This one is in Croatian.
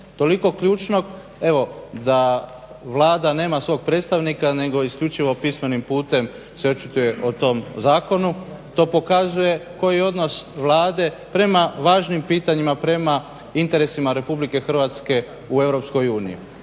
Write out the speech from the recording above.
Toliko ključnog evo da Vlada nema svog predstavnika nego isključivo pismenim putem se očituje o tom zakonu. To pokazuje koji odnos Vlade prema važnim pitanjima, prema interesima Republike Hrvatske u